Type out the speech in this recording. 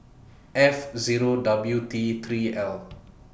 F Zero W T three L